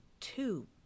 two